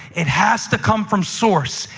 it has to come from source.